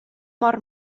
mor